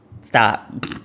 stop